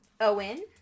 Owen